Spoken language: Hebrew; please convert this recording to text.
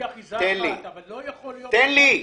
אחיזה אחת, אבל לא יכול להיות --- תן לי.